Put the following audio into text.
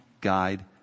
guide